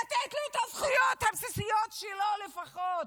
לתת לו את הזכויות הבסיסיות שלו לפחות.